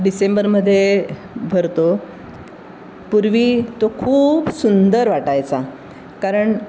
डिसेंबरमध्ये भरतो पूर्वी तो खूप सुंदर वाटायचा कारण